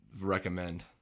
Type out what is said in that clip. recommend